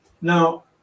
now